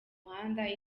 muhanda